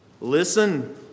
Listen